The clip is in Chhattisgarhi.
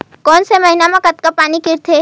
कोन से महीना म कतका पानी गिरथे?